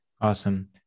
Awesome